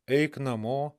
eik namo